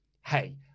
hey